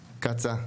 קצא״א?